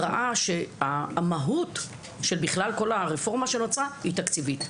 ראה שהמהות של כל הרפורמה שנוצרה היא תקציבית.